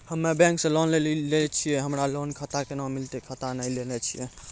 हम्मे बैंक से लोन लेली छियै हमरा लोन खाता कैना मिलतै खाता नैय लैलै छियै?